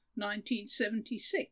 1976